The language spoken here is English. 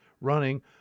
running